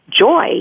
Joy